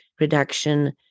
reduction